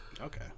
Okay